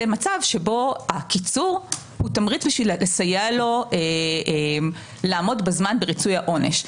מצב שבו הקיצור הוא תמריץ בשביל לסייע לו לעמוד בזמן בריצוי העונש.